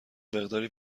مقداری